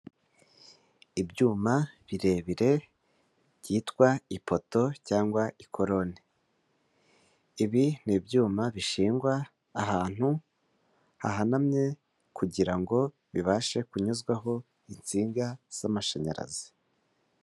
Ibyuma birebire byitwa ipoto cyangwa ikoroni. Ibi ni ibyuma bishingwa ahantu hahanamye kugira ngo bibashe kunyuzwaho insinga z'amashanyarazi.